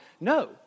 No